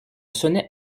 sonnet